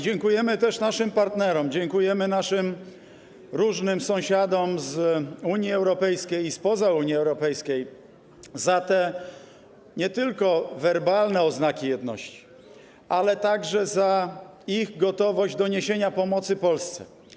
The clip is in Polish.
Dziękujemy też naszym partnerom, dziękujemy naszym różnym sąsiadom z Unii Europejskiej i spoza Unii Europejskiej za te nie tylko werbalne oznaki jedności, ale także za ich gotowość do niesienia pomocy Polsce.